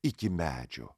iki medžio